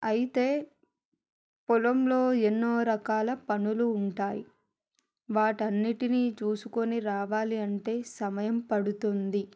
అయితే పొలంలో ఎన్నో రకాల పనులు ఉంటాయి వాటి అన్నిటినీ చూసుకొని రావాలి అంటే సమయం పడుతుంది